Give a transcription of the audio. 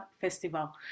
festival